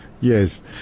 Yes